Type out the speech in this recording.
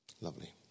Lovely